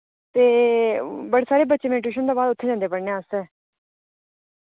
ते बड़े सारे बच्चे मेरी ट्यूशन दे बाद उत्थै जंदे पढ़ने आस्तै